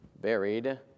buried